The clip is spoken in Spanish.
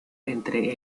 entre